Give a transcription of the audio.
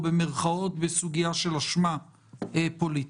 או במירכאות בסוגיה של "אשמה פוליטית".